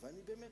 בא,